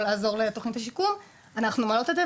לעזור לתכנית השיקום אנחנו מעלות את זה,